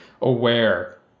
aware